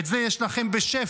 את זה יש לכם בשפע,